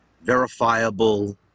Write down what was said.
verifiable